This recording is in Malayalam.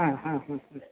ആ ഹാ ഉം ഉം